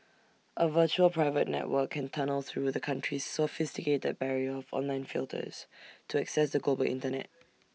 A virtual private network can tunnel through the country's sophisticated barrier of online filters to access the global Internet